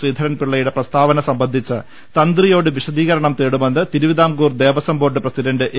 ശ്രീധരൻപിള്ള യുടെ പ്രസ്താവന സംബന്ധിച്ച് തന്ത്രിയോട് വിശദീകരണം തേടുമെന്ന് തിരുവിതാംകൂർ ദേവസ്വംബോർഡ് പ്രസിഡന്റ് എ